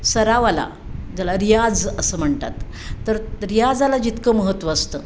सरावाला ज्याला रियाज असं म्हणतात तर रियाजाला जितकं महत्त्व असतं